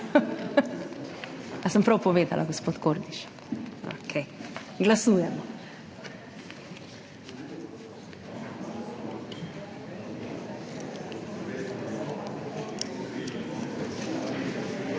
Ali sem prav povedala, gospod Kordiš? Okej. Glasujemo.